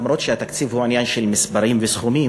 אף שהתקציב הוא עניין של מספרים וסכומים,